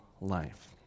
life